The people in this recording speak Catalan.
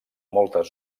moltes